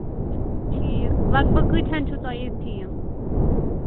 ٹھیٖک لَگ بھگ کٍتِہن چھُو تۅہہِ یہِ تھیٖم